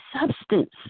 substance